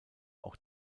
auch